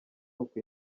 uko